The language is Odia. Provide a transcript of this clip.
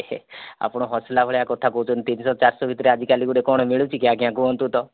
ଆପଣ ହସିଲା ଭଳିଆ କଥା କହୁଛନ୍ତି ତିନିଶ ଚାରିଶ ଭିତରେ ଆଜିକାଲି ଗୋଟେ କଣ ମିଳୁଛି କି ଆଜ୍ଞା କୁହନ୍ତୁ ତ